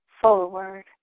forward